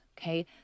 Okay